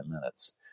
minutes